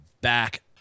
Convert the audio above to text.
back